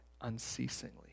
unceasingly